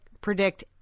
predict